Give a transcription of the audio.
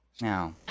Now